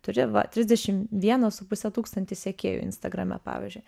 turi va trisdešimt vieną su puse tūkstantį sekėjų instagrame pavyzdžiui